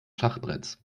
schachbretts